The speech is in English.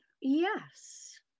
yes